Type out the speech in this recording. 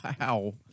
Wow